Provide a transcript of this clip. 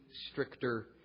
stricter